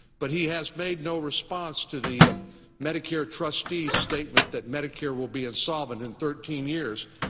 but he has made no response to the medicare trustees' statement that medicare will be insolvent in thirteen years.